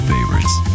Favorites